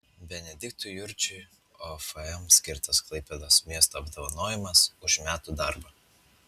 benediktui jurčiui ofm skirtas klaipėdos miesto apdovanojimas už metų darbą